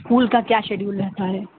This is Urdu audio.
اسکول کا کیا شیڈیول رہتا ہے